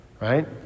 right